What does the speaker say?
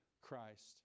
Christ